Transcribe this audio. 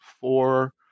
four